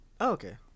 okay